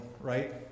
right